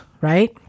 right